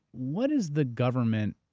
what is the government.